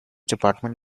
department